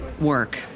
work